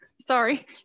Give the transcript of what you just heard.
Sorry